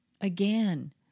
Again